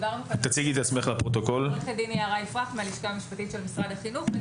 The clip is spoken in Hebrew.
אני מהלשכה המשפטית של משרד החינוך.